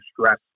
stress